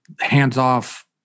hands-off